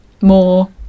more